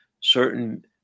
certain